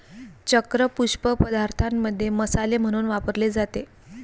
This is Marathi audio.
चक्र पुष्प पदार्थांमध्ये मसाले म्हणून वापरले जाते